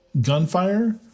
gunfire